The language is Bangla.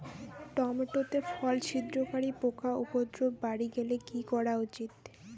টমেটো তে ফল ছিদ্রকারী পোকা উপদ্রব বাড়ি গেলে কি করা উচিৎ?